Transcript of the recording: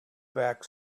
back